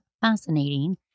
fascinating